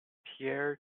pierre